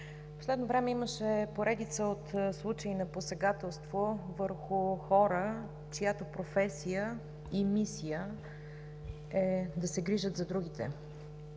В последно време имаше поредица от случаи на посегателство върху хора, чиято професия и мисия е да се грижат за другите.